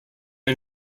are